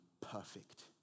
perfect